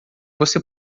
você